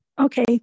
Okay